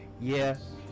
Yes